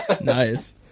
Nice